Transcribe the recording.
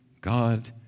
God